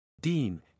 Dean